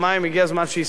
הגיע הזמן שיסתיים.